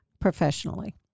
professionally